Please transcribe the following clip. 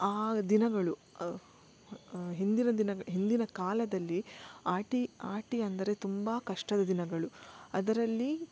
ಆ ದಿನಗಳು ಹಿಂದಿನ ದಿನ ಹಿಂದಿನ ಕಾಲದಲ್ಲಿ ಆಟಿ ಆಟಿ ಅಂದರೆ ತುಂಬಾ ಕಷ್ಟದ ದಿನಗಳು ಅದರಲ್ಲಿ